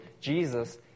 Jesus